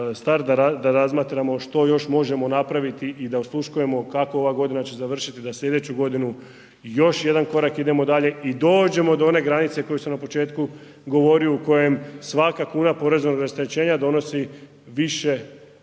da razmatramo što još možemo napraviti i da osluškujemo kako ova godina će završiti, da slijedeću godinu još jedan korak idemo dalje i dođemo do one granice koju sam na početku govorio, u kojem svaka kuna poreznog rasterećenja donosi više